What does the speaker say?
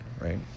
right